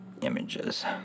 Images